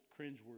cringeworthy